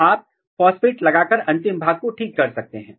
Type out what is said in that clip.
तो आप फॉस्फेट लगाकर अंतिम भाग को ठीक कर सकते हैं